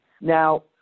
Now